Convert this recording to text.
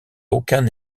aucun